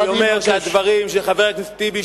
אני אומר שהדברים של חבר הכנסת טיבי,